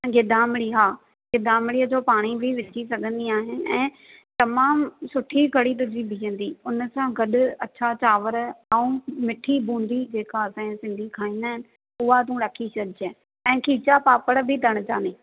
जे गिदामणी हा गिदामणीअ जो पाणी विझी सघंदी आहे ऐं तमामु सुठी कढ़ी तुंहिंजी बीहंदी हुन सां गॾु अछा चांवरु ऐं मिठी बूंदी जेका असांजे सिंधी खाईंदा आहिनि उहा तूं रखी छॾिजे ऐं खीचा पापड़ बि तड़जानि